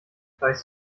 weißt